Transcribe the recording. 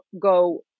go